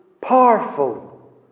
powerful